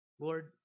Lord